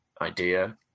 idea